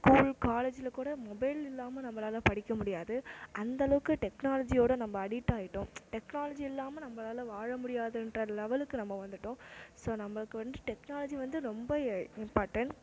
school காலேஜில் கூட mobile இல்லாமல் நம்மளால படிக்க முடியாது அந்த அளவுக்கு டெக்னாலஜி ஓட நம்ம அடிக்ட் ஆகிட்டோம் டெக்னாலஜி இல்லாமல் நம்மளாலே வாழ முடியாதுன்ற லெவலுக்கு நம்ம வந்துட்டோம் ஸோ நம்மளுக்கு வந்து டெக்னாலஜி வந்து ரொம்ப இம்பார்ட்டண்ட்